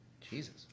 jesus